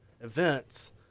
events